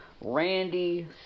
Randy